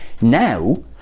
Now